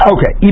Okay